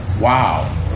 wow